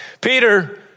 Peter